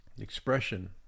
expression